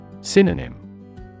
Synonym